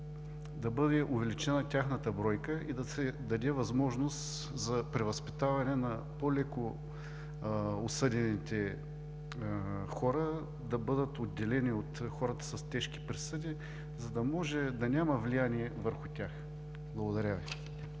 да бъде увеличена тяхната бройка, да се даде възможност за превъзпитаване на по-леко осъдените хора да бъдат отделени от хората с тежки присъди, за да може да няма влияние върху тях. Благодаря Ви.